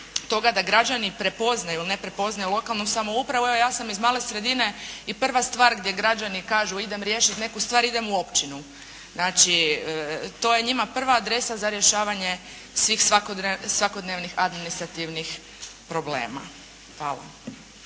da građani prepoznaju ili ne prepoznaju lokalnu samoupravu. Evo ja sam iz male sredine i prva stvar gdje građani kažu idem riješiti neku stvar idem u općinu. Znači, to je njima prva adresa za rješavanje svih svakodnevnih administrativnih problema. Hvala.